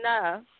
enough